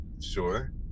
Sure